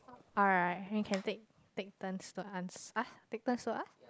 alright you can take take turns to ans~ !ah! take turns to !ah!